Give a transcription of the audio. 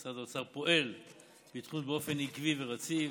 משרד האוצר פועל בתחום זה באופן עקיב ורציף.